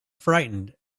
frightened